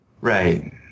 right